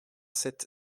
sept